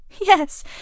Yes